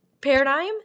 paradigm